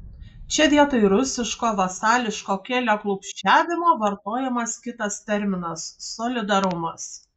čia vietoj rusiško vasališko keliaklupsčiavimo vartojamas kitas terminas solidarumas